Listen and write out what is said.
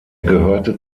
gehörte